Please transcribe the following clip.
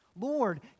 Lord